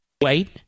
wait